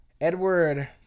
Edward